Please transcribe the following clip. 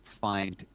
find